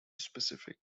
specific